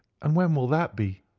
and when will that be?